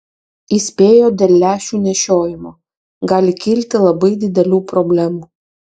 įspėjo dėl lęšių nešiojimo gali kilti labai didelių problemų